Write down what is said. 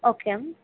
okay